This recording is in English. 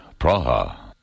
Praha